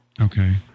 Okay